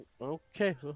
okay